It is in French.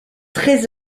très